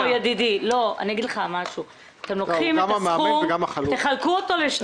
אתם לוקחים את הסכום ותחלקו אותו ל-12.